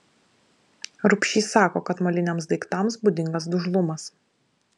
rubšys sako kad moliniams daiktams būdingas dužlumas